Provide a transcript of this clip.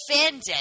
offended